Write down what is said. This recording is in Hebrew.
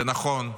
זה נכון,